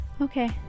Okay